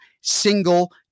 single